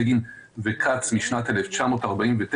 בגין וכץ משנת 1949,